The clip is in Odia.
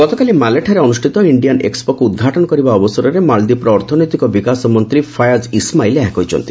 ଗତକାଲି ମାଲେଠାରେ ଅନୁଷ୍ଠିତ ଇଣ୍ଡିଆନ୍ ଏସ୍କପୋକୁ ଉଦ୍ଘାଟନ କରିବା ଅବସରରେ ମାଳଦୀପର ଅର୍ଥନୈତିକ ବିକାଶ ମନ୍ତ୍ରୀ ଫାୟାଜ୍ ଇସମାଇଲ୍ ଏହା କହିଛନ୍ତି